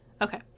okay